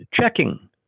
checking